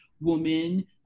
woman